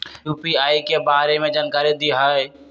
UPI के बारे में जानकारी दियौ?